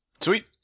Sweet